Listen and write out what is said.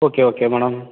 okay okay madam